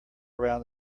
around